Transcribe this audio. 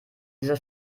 dieser